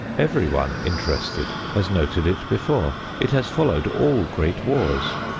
everyone interested has noted it before. it has followed all great wars.